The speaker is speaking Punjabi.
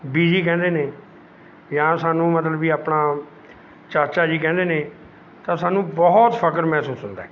ਬੀਜੀ ਕਹਿੰਦੇ ਨੇ ਜਾਂ ਸਾਨੂੰ ਮਤਲਬ ਵੀ ਆਪਣਾ ਚਾਚਾ ਜੀ ਕਹਿੰਦੇ ਨੇ ਤਾਂ ਸਾਨੂੰ ਬਹੁਤ ਫਖ਼ਰ ਮਹਿਸੂਸ ਹੁੰਦਾ